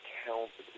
count